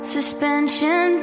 Suspension